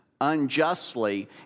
unjustly